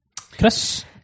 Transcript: Chris